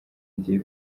agiye